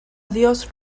dios